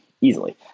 easily